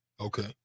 Okay